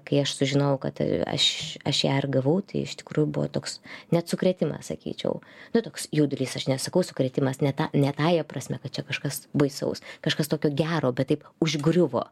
kai aš sužinojau kad aš aš ją ir gavau tai iš tikrųjų buvo toks net sukrėtimas sakyčiau nu toks jaudulys aš nesakau sukrėtimas ne tą ne tąja prasme kad čia kažkas baisaus kažkas tokio gero bet taip užgriuvo